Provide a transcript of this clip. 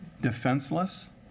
defenseless